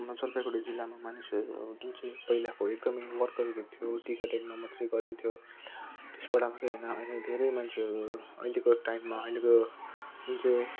म जलपाइगुडी जिल्लामा मानिसहरू जुन चाहिँ पहिलाको एकदम वर्कर थियो टी गार्डनहरू थियो त्यसबाट मात्रै होइन अहिले धेरै मान्छेहरू अहिलेको टाइममा अहिलेको जुन चाहिँ